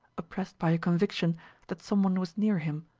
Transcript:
oppressed by a conviction that some one was near him.